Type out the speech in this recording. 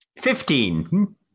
Fifteen